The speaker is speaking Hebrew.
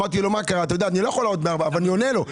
אני עונה לו.